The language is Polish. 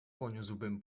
poniósłbym